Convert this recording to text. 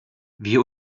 wir